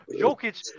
Jokic